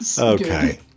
Okay